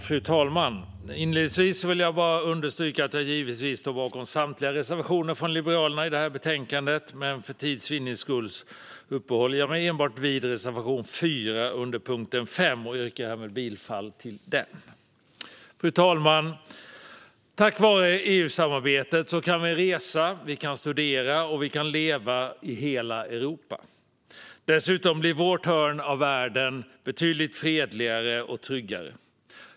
Fru talman! Inledningsvis vill jag understryka att jag givetvis står bakom Liberalernas samtliga reservationer i betänkandet, men för tids vinnande uppehåller jag mig enbart vid reservation 4 under punkt 5 och yrkar härmed bifall till den. Fru talman! Tack vare EU-samarbetet kan vi resa, studera och leva i hela Europa. Dessutom blir vårt hörn av världen betydligt fredligare och tryggare.